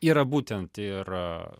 yra būtent ir